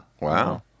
Wow